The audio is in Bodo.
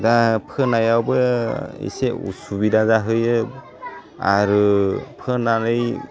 दा फोनायावबो इसे उसुबिदा जाहैयो आरो फोनानै